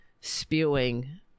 spewing